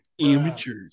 Amateurs